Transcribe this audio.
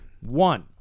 One